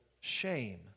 shame